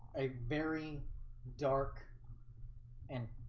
a very dark and